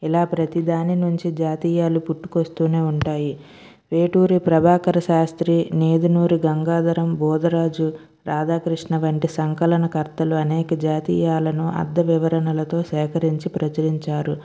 ఇలా ప్రతిదానినుంచి జాతీయాలు పుట్టుకొస్తూనే ఉంటాయి వేటూరి ప్రభాకర్ శాస్త్రి నేదునూరి గంగాధరం బోదరాజు రాధాకృష్ణ వంటి సంకలనకర్తలు అనేక జాతీయాలను అర్ధవివరణలతో సేకరించి ప్రచురించారు